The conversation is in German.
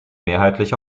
mehrheitlich